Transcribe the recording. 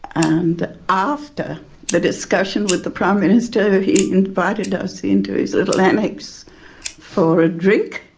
and after the discussion with the prime minister he invited us into his little annex for a drink,